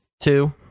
Two